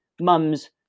mums